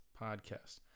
podcast